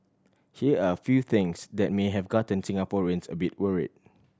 here are a few things that may have gotten Singaporeans a bit worried